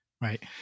Right